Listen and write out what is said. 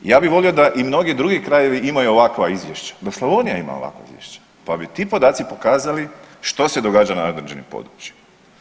Ja bi volio da i mnogi drugi krajevi imaju ovakva izvješća, da Slavonija ima ovakvo izvješće pa bi ti podaci pokazali što se događa na određenim područjima.